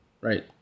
Right